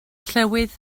llywydd